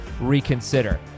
reconsider